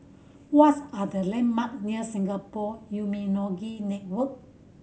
what's are the landmark near Singapore Immunology Network